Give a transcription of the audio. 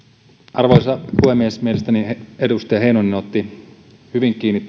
arvoisa puhemies mielestäni edustaja heinonen otti hyvin kiinni